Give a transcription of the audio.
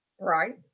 Right